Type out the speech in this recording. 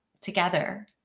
together